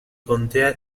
contea